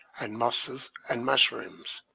and mosses, and mushrooms.